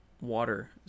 water